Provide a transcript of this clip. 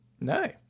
No